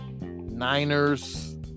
Niners